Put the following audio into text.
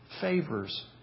favors